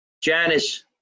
Janice